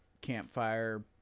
campfire